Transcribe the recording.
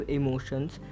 emotions